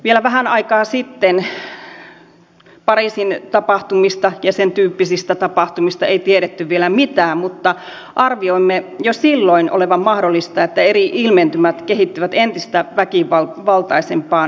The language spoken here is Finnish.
vielä vähän aikaa sitten pariisin tapahtumista ja sen tyyppisistä tapahtumista ei tiedetty mitään mutta arvioimme jo silloin olevan mahdollista että eri ilmentymät kehittyvät entistä väkivaltaisempaan suuntaan